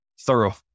thorough